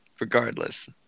regardless